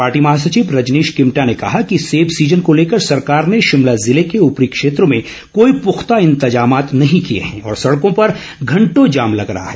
party महासचिव रजनीश किमटा ने कहा कि सेब सीजन को लेकर सरकार ने शिमला जिले के ऊपरी क्षेत्रों में कोई प्रख्ता इंतजाम नहीं किए हैं और सड़कों पर घंटों जाम लग रहा है